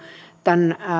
tämän